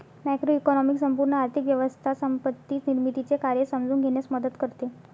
macroeconomics संपूर्ण आर्थिक व्यवस्था संपत्ती निर्मितीचे कार्य समजून घेण्यास मदत करते